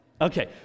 Okay